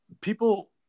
people